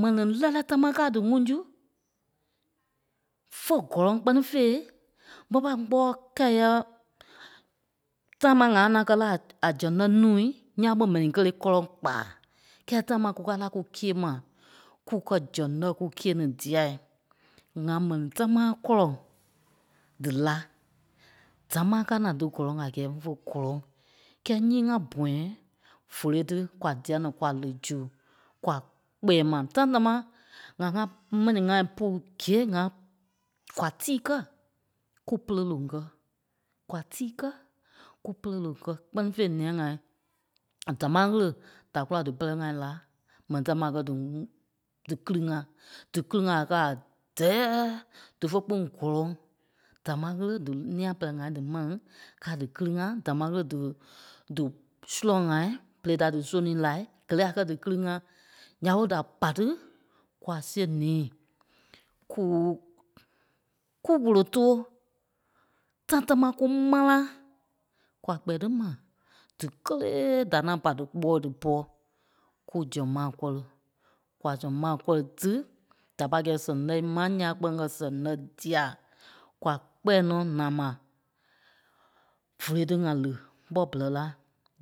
Mɛni lɛ́lɛɛ támaa káa dí ŋúŋ zui. Fé gɔlɔŋ kpɛ́ni fêi mo ɓa kpɔɔi kɛi yɛ̂ tamaŋ ŋa naa kɛ́ la a zɛŋ lɛ́ nuui nyaa ɓe mɛni kélee kɔlɔŋ kpa. Kɛɛ tamaŋ kukaa naa kùkia mai kukɛ zɛŋ lɛ́ kukia-ní dia. ŋa mɛni támaa kɔlɔŋ dí la. Damaa káa naa díkɔlɔŋ a gɛɛ fo gɔlɔŋ. Kɛ́ɛ nyii ŋa bɔ̃yɛ vóloi tí kwa dia-ní kwa li zu kwa kpɛɛ mai, time támaa ŋa ŋá mɛni ŋai pu gîe ŋa kwa tíi kɛ́ ku pɛ̀lɛ loŋ kɛ́. Kwa tíi kɛ́ ku pɛ̀lɛ loŋ kɛ́ kpɛ́ni fêi nîa-ŋai damaa ɣele da kula dípɛrɛ-ŋai la mɛni tamaa kɛ́ dí ŋuŋ- díkili-ŋa. Díkili-ŋa a kɛ́ a dɛ̂ɛi dífe kpîŋ gɔlɔŋ damaa ɣele dí nia-pɛ́lɛ-ŋai dí maŋ kaa díkili-ŋa, damaa ɣele dí- dí zurɔŋ ŋai berei da dí sonii la kelele a kɛ́ díkili-ŋa. Nya ɓé da pai dí kwa see-ní ku- kú wule too. Time tamaa kú mã́la kwa kpɛɛ dí mai díkelee da naa pa díkpɔɔi dípɔ, ku zɛŋ maa kɔri. Kwa zɛŋ mai kɔri tí da pâi kɛ̂i sɛŋ lɛ́ mai nyaŋ kpîŋ ŋgɛ zɛŋ dia. Kwa kpɛɛ nɔ́ naa ma vóloi tí ŋa li ɓɔ̀ bɛrɛ la,